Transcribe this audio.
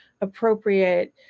appropriate